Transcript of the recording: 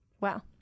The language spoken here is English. Wow